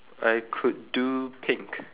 I could do pink